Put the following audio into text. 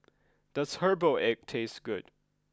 does Herbal Egg taste good